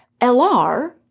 LR